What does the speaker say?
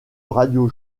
radio